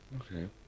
Okay